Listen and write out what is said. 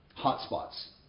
hotspots